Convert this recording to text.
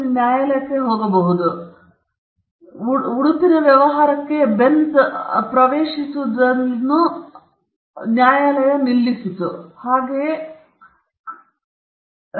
ನ್ಯಾಯಾಲಯವು ಉಡುಪಿನ ವ್ಯವಹಾರಕ್ಕೆ ಬೆನ್ಝ್ ಪ್ರವೇಶಿಸುವುದರಲ್ಲಿ ಅದನ್ನು ನಿಲ್ಲಿಸಿದರು ಏಕೆಂದರೆ ಅದು ಸರಿಯಾದ ಹಿಡುವಳಿದಾರನಿಗೆ ಅವನು ಅಥವಾ ಅವಳು ಬಯಸಿದ ರೀತಿಯಲ್ಲಿ ಮಾರ್ಕ್ ಅನ್ನು ಬಳಸುವ ಹಕ್ಕನ್ನು ಹೊಂದಿದೆ